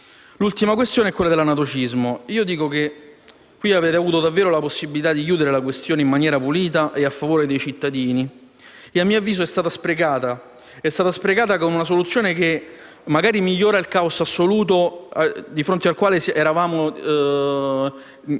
L'ultima questione è quella dell'anatocismo. Dico che a tal riguardo avete avuto davvero la possibilità di chiudere la questione in maniera pulita e a favore dei cittadini e - a mio avviso - è stata sprecata, con una soluzione che magari migliora il caos assoluto di fronte al quale ci siamo